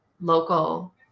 local